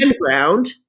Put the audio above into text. ground